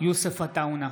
יוסף עטאונה,